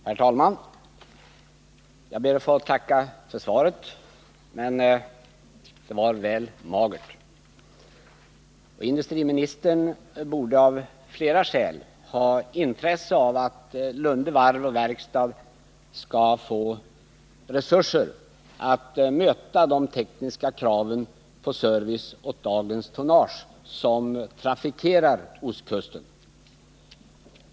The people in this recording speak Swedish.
Herr talman! Jag ber att få tacka för svaret, men det var väl magert. Industriministern borde av flera skäl ha intresse av att Lunde Varv o Verkstads AB skall få resurser att möta de tekniska kraven på service åt det tonnage som trafikerar ostkusten.